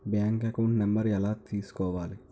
Bank account number ఎలా తీసుకోవాలి?